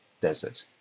Desert